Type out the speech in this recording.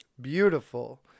Beautiful